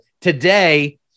today